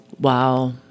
wow